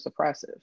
suppressive